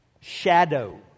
shadow